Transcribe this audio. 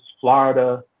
Florida